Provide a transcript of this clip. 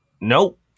Nope